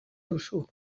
duzu